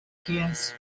guests